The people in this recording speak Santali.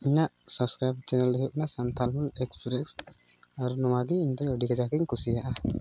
ᱤᱧᱟᱹᱜ ᱥᱟᱵᱚᱥᱠᱨᱟᱭᱤᱵᱽ ᱪᱮᱱᱮᱞ ᱫᱚ ᱦᱩᱭᱩᱜ ᱠᱟᱱᱟ ᱥᱟᱱᱛᱷᱟᱞ ᱦᱩᱞ ᱮᱠᱥᱯᱨᱮᱥ ᱟᱨ ᱱᱚᱣᱟᱜᱮ ᱤᱧᱫᱚ ᱟᱹᱰᱤ ᱠᱟᱡᱟᱠ ᱤᱧ ᱠᱩᱥᱤᱭᱟᱜᱼᱟ